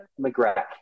McGrath